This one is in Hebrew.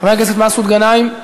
חבר הכנסת מסעוד גנאים.